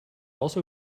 also